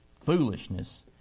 foolishness